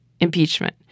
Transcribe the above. impeachment